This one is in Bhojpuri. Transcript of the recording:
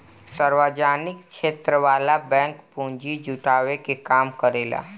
सार्वजनिक क्षेत्र वाला बैंक पूंजी जुटावे के काम करेला